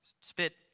Spit